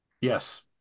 Yes